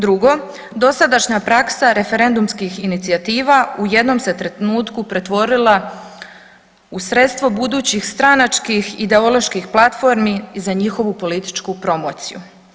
Drugo, dosadašnja praksa referendumskih inicijativa u jednom se trenutku pretvorila u sredstvo budućih stranačkih ideoloških platformi i za njihovu političku promociju.